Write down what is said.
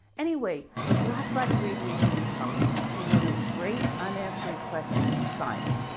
anyway, the black body radiation problem became one of the great unanswered questions in science,